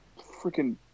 freaking